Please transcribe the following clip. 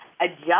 adjust